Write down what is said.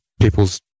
people's